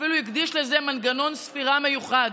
אפילו הקדיש לזה מנגנון ספירה מיוחד,